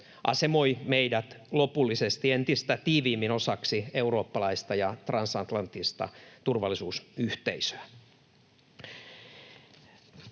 asemoi meidät lopullisesti entistä tiiviimmin osaksi eurooppalaista ja transatlanttista turvallisuusyhteisöä.